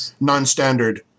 non-standard